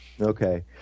Okay